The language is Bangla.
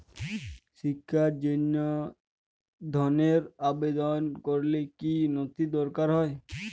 শিক্ষার জন্য ধনের আবেদন করলে কী নথি দরকার হয়?